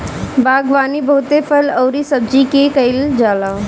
बागवानी बहुते फल अउरी सब्जी के कईल जाला